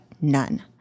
none